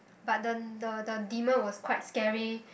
but the the the demon was quite scary